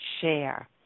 share